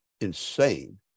insane